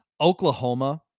Oklahoma